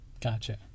Gotcha